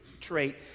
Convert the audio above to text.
trait